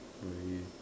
very